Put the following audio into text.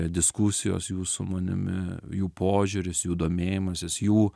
diskusijos jų su manimi jų požiūris jų domėjimasis jų